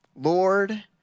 Lord